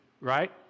right